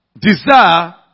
desire